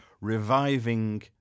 reviving